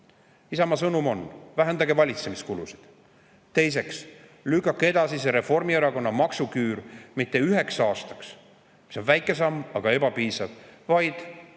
Isamaa sõnum on: vähendage valitsemiskulusid. Teiseks, lükake see Reformierakonna maksuküür edasi mitte üheks aastaks – see on väike samm, aga ebapiisav –, vaid